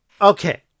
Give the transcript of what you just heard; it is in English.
Okay